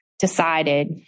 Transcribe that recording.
decided